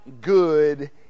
good